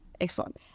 Excellent